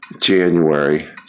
January